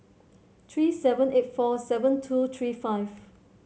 three seven eight four seven two three five